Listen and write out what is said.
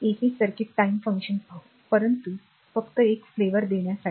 AC circuit time function पाहू परंतु फक्त एक फ्लेवर देण्यासाठी